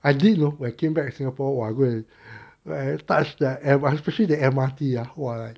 I did you know when I came back to singapore !wah! I go and I touch the M_R_T the M_R_T ah walan